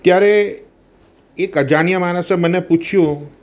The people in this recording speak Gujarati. ત્યારે એક અજાણ્યા માણસે મને પૂછ્યું